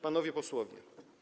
Panowie Posłowie!